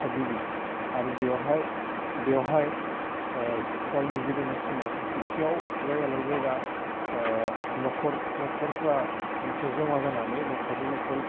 थागिबि आरो बेयावहाय बेवहाय गावनि जिरायनाय समाव सेथियाव जायगा लायै जायगा नखर नखरफ्रा मोनसे जमा जानानै नखरनि नखर